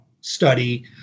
study